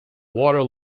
water